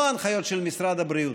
לא הנחיות של משרד הבריאות,